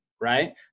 right